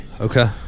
Okay